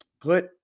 put